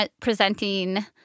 presenting